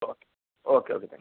okay okay okay thank you